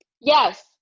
Yes